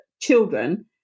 children